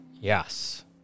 Yes